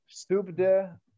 Subde